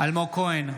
אלמוג כהן,